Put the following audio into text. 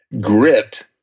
grit